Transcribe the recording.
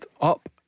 up